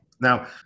now